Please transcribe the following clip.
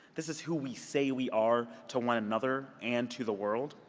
this is who we say we are to one another and to the world,